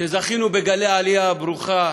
שזכינו בגלי העלייה הברוכה